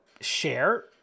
share